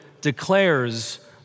declares